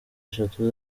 eshatu